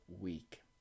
week